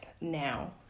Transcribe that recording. now